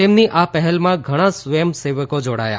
તેમની આ પહેલમાં ઘણાં સ્વયંસેવકો જોડાયા